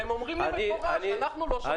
והם אומרים לי במפורש, אנחנו לא שומרים את החוק.